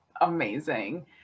amazing